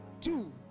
Two